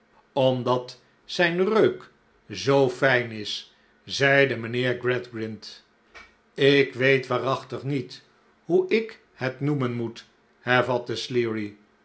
omdat zijn reuk zoo fijn is zeide mijnheer gradgrind ik weet waarachtig niet hoe ik het noemen moet hervatte sleary